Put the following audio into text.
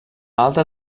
alta